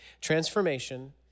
Transformation